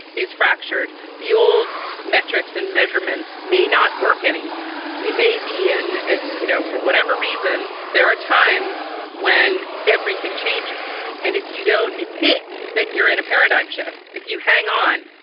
is fractured. the old metrics and measurements may not work anymore. we may be in, and you know, for whatever reason, there are times when everything changes. and if you don't admit that you're in a paradigm shift, if you hang on,